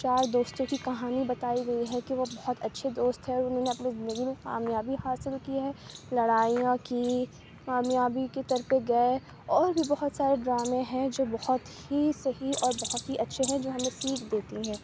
چار دوستوں کی کہانی بتائی گئی ہے کہ وہ بہت اچھے دوست ہے انہوں نے اپنے زندگی میں کامیابی حاصل کی ہے لڑائیاں کی کامیابی کی طرف گئے اور بھی بہت سارے ڈرامے ہیں جو بہت ہی صحیح اور بہت ہی اچھے ہیں جو ہمیں سیکھ دیتی ہیں